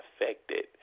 affected